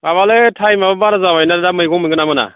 माबालै टाइमाबो बारा जाबाय ना दा मैगं मोनगोन ना मोना